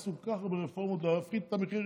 עשו כל כך הרבה רפורמות כדי להפחית את המחירים?